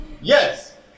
Yes